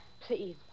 Please